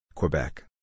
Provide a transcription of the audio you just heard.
Quebec